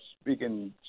speaking